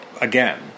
again